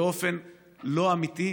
באופן לא אמיתי.